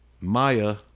maya